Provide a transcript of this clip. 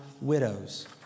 widows